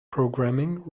programming